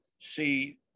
see –